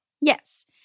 Yes